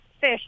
fish